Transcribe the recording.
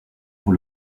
pour